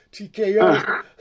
TKO